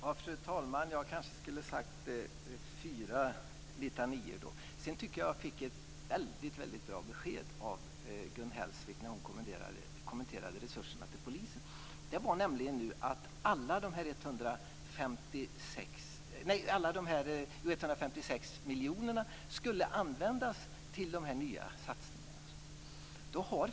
Fru talman! Jag kanske skulle ha sagt fyra litanior då. Jag tycker att jag fick ett mycket bra besked av Gun Hellsvik, när hon kommenterade resurserna till polisen. Det var nämligen att alla de 156 miljonerna skulle användas till de nya satsningarna.